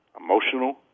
emotional